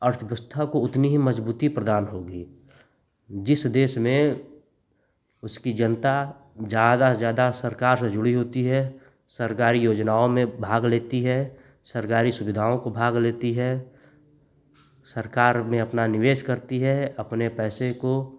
अर्थव्यवस्था को उतनी ही मज़बूती प्रदान होगी जिस देश में उसकी जनता ज़्यादा से ज़्यादा सरकार से जुड़ी होती है सरकारी योजनाओं में भाग लेती है सरकारी सुविधाओं को भाग लेती है सरकार में अपना निवेश करती है अपने पैसे को